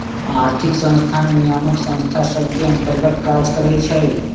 आर्थिक संस्थान नियामक संस्था सभ के अंतर्गत काज करइ छै